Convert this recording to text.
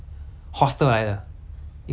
是是不是注册啊应该不是啊